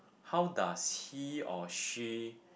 how does he or she